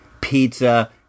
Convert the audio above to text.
pizza